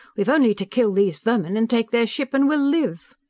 we've only to kill these vermin and take their ship, and we'll live!